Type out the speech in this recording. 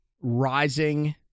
rising